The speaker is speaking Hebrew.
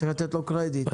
צריך לתת לו קרדיט.